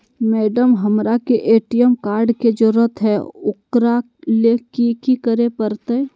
Madam, हमरा के ATM card के जरूरत है ऊकरा ले की की करे परते?